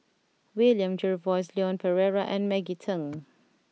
William Jervois Leon Perera and Maggie Teng